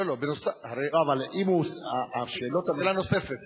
לא, שאלה נוספת.